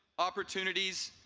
opportunities,